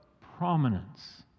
prominence